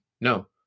no